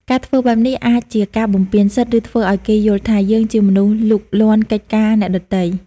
ការធ្វើបែបនេះអាចជាការបំពានសិទ្ធិ ឬធ្វើឲ្យគេយល់ថា យើងជាមនុស្សលូកលាន់កិច្ចការអ្នកដទៃ។